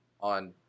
on